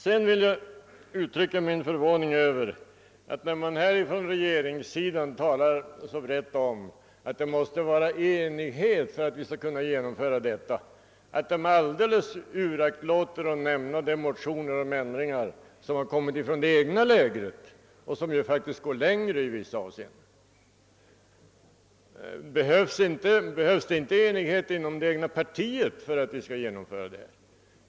Jag vill uttrycka min förvåning över att regeringens talesmän, när de ordar så brett om att det måste råda enighet för att förslaget skall kunna genomföras, alldeles uraktlåter att nämna de motioner om ändringar som lagts fram från det egna lägret och som faktiskt går längre i vissa avseenden. Behövs det inte enighet inom det egna partiet för att ni skall genomföra lagändringen?